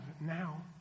now